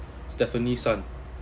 stefanie sun